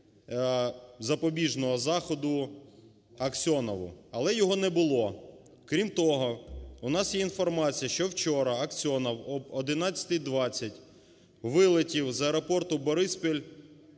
запобіжного заходу Аксьонову. Але його не було. Крім того, у нас є інформація, що вчора Аксьонов об 11:20 вилетів з аеропорту "Бориспіль"